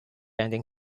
ending